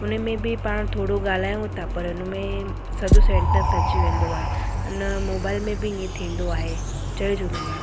उनमें बि पाण थोरो ॻाल्हायूं था पर उनमें सॼो सेंटेंस अची वेंदो आहे अना मोबाइल में बि ईअं थींदो आहे जय झूलेलाल